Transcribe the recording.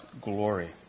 glory